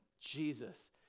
Jesus